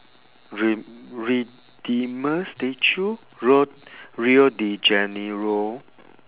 re~ redeemer statue ro~ rio de janeiro